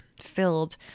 filled